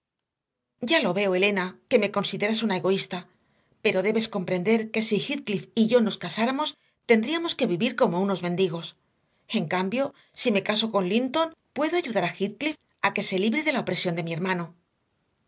ya lo veo elena que me consideras una egoísta pero debes comprender que si heathcliff y yo nos casáramos tendríamos que vivir como unos mendigos en cambio si me caso con linton puedo ayudar a heathcliff a que se libre de la opresión de mi hermano